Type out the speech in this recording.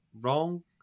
wrong